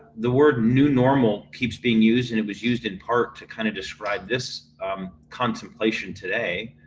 the word new normal keeps being used and it was used in part to kind of describe this contemplation today.